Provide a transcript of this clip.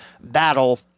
battle